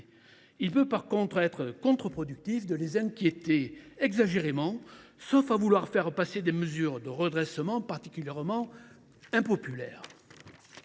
il peut être contre productif de les inquiéter exagérément, sauf à vouloir faire passer des mesures de redressement particulièrement impopulaires.